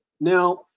Now